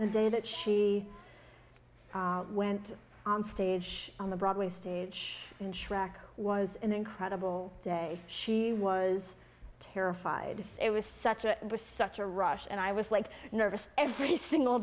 the day that she went on stage on the broadway stage and she was an incredible day she was terrified it was such a was such a rush and i was like nervous every single